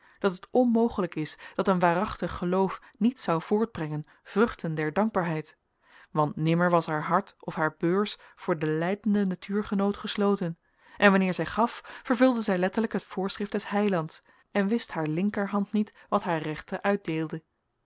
dat het onmogelijk is dat een waarachtig geloof niet zou voortbrengen vruchten der dankbaarheid want nimmer was haar hart of haar beurs voor den lijdenden natuurgenoot gesloten en wanneer zij gaf vervulde zij letterlijk het voorschrift des heilands en wist haar slinkehand niet wat naar rechte uitdeelde